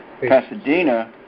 Pasadena